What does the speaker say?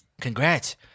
Congrats